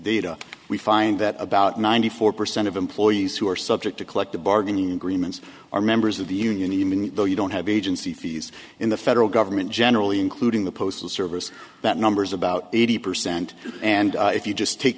data we find that about ninety four percent of employees who are subject to collective bargaining agreements are members of the union even though you don't have agency fees in the federal government generally including the postal service that number's about eighty percent and if you just take